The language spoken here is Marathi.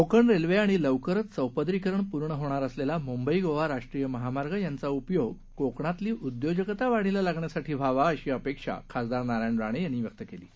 कोकण रेल्वे आणि लवकरच चौपदरीकरण पूर्ण होणार असलेला मुंबई गोवा राष्ट्रीय महामार्ग यांचा उपयोग कोकणातली उद्योजकता वाढीला लागण्यासाठी व्हावा अशी अपेक्षा खासदार नारायण राणे यांनी व्यक्त केली आहे